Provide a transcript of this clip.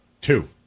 two